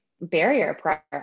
barrier